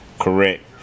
correct